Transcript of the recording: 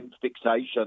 fixation